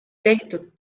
tehtud